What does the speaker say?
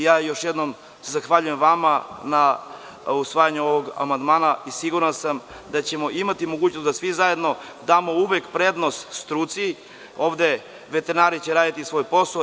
Još jednom se zahvaljujem vama na usvajanju ovog amandmana i siguran sam da ćemo imati mogućnosti da svi zajedno damo uvek prednost struci, ovde će veterinari raditi svoj posao.